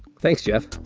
thanks, jeff.